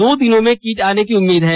दो दिनों में किट आने की उम्मीद है